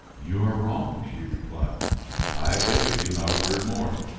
you are wrong, she replied i beg of you, not a word more.